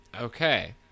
Okay